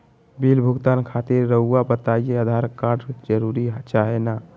Bill भुगतान खातिर रहुआ बताइं आधार कार्ड जरूर चाहे ना?